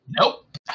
Nope